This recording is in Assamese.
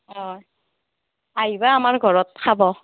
অ' আহিবা আমাৰ ঘৰত খাব